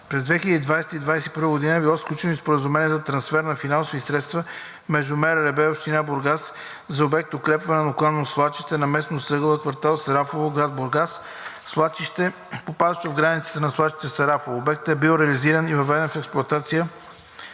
През 2020 г. и 2021 г. е било сключено и споразумение за трансфер на финансови средства между МРРБ и община Бургас за обект: „Укрепване на локално свлачище в местност „Ъгъла“, квартал „Сарафово“, град Бургас“– свлачище, попадащо в границите на свлачище „Сарафово“. Обектът е бил реализиран и въведен в експлоатация